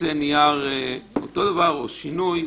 שייצא נייר שיהיה אותו דבר או עם שינוי,